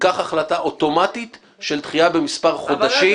ייקח החלטה אוטומטית של דחייה במספר חודשים.